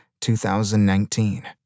2019